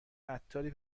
عطاری